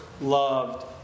loved